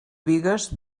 bigues